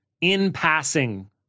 in-passing